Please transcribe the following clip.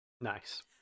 Nice